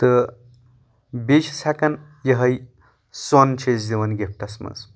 تہٕ بیٚیہِ چھِس ہؠکان یِہے سۄن چھِ أسۍ دِوان گفٹس منٛز